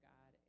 God